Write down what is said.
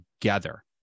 together